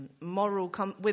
moral